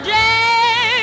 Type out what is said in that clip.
day